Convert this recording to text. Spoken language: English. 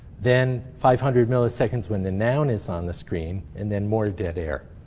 then five hundred milliseconds when the noun is on the screen. and then more dead air.